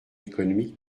économique